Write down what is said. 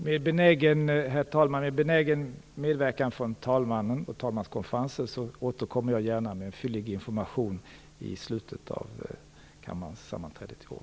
Herr talman! Med benägen medverkan från talmannen och talmanskonferensen återkommer jag gärna med en fyllig information i slutet av kammarens sammanträde i vår.